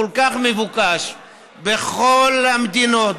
כל כך מבוקש בכל המדינות,